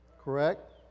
correct